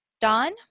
Don